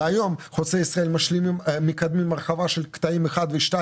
והיום חוצה ישראל מקדמים הרחבה של קטעים 11 ו-2,